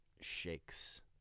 shakes